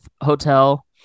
hotel